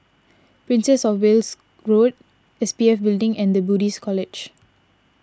Princess of Wales Road S P F Building and the Buddhist College